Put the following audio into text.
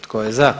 Tko je za?